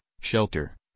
shelter